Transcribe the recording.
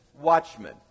watchmen